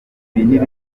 bimwe